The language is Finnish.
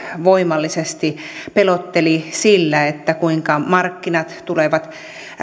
voimallisesti pelotteli sillä kuinka markkinat tulevat